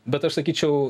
bet aš sakyčiau